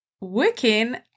working